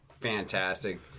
fantastic